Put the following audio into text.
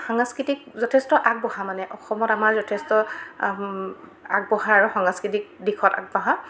সাংস্কৃতিক যথেষ্ট আগবঢ়া মানে অসমত আমাৰ যথেষ্ট আগবঢ়া আৰু সাংস্কৃতিক দিশত আগবঢ়া